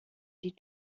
die